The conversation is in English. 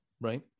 right